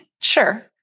Sure